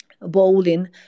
Bowling